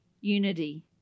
unity